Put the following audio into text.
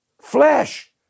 Flesh